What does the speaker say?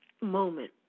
moment